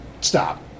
stop